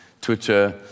Twitter